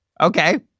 Okay